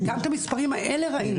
גם את המספרים האלה ראינו.